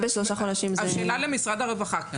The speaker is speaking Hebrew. שאלה למשרד הרווחה.